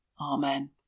Amen